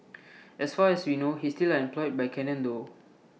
as far as we know he's still employed by Canon though